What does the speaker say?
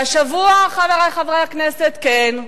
והשבוע, חברי חברי הכנסת, כן,